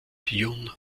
jun